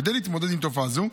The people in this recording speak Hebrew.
כדי להתמודד עם תופעה זו,